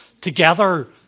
together